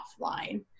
offline